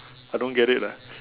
I don't get it lah